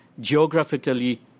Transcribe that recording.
geographically